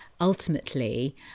Ultimately